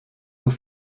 vous